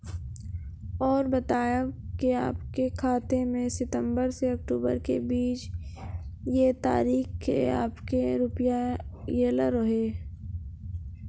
और बतायब के आपके खाते मे सितंबर से अक्टूबर के बीज ये तारीख के आपके के रुपिया येलो रहे?